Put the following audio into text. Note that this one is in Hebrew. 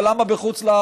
אבל למה בחוץ-לארץ?